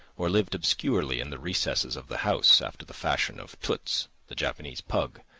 or lived obscurely in the recesses of the house after the fashion of toots, the japanese pug,